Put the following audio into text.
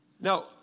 Now